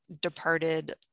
departed